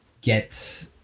get